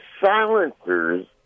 silencers